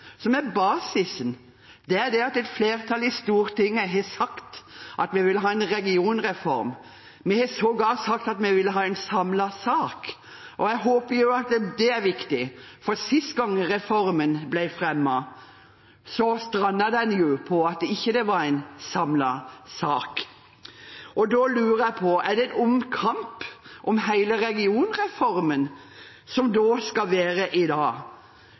basisen? Det er at et flertall i Stortinget har sagt at vi vil ha en regionreform. Vi har sågar sagt at vi vil ha en samlet sak. Jeg håper at det er viktig, for sist reformen ble fremmet, strandet den på at det ikke var en samlet sak. Da lurer jeg på: Er det en omkamp om hele regionreformen vi skal ha i dag?